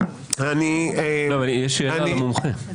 יש לי שאלה למומחה.